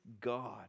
god